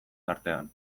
tartean